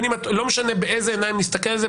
לא משנה באיזה עיניים את מסתכלת על זה,